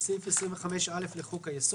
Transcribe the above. "תיקון סעיף 25 2. בסעיף 25(א) לחוק היסוד,